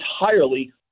entirely